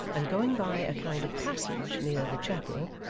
and going by a kind of passage near the chapel